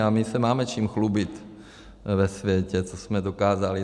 A my se máme čím chlubit ve světě, co jsme dokázali.